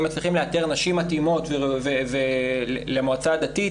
אם מצליחים לאתר נשים מתאימות למועצה הדתית,